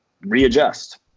readjust